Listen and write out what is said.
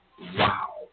Wow